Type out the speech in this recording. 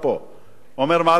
אומר: מה אתם רוצים ממני?